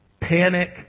panic